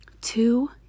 Two